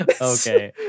Okay